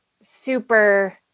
super